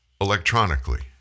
electronically